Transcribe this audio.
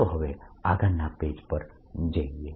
ચાલો હવે આગળના પેજ પર જઈએ